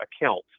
account